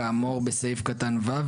כאמור בסעיף (ו),